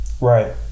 Right